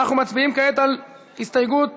אנחנו מצביעים כעת על הסתייגות מס'